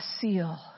seal